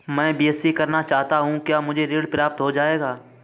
मैं बीएससी करना चाहता हूँ क्या मुझे ऋण प्राप्त हो जाएगा?